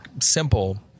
simple